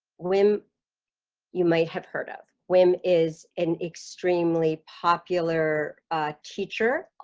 wim you might have heard of wim is an extremely popular teacher